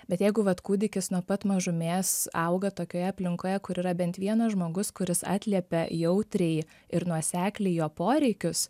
bet jeigu vat kūdikis nuo pat mažumės auga tokioje aplinkoje kur yra bent vienas žmogus kuris atliepia jautriai ir nuosekliai jo poreikius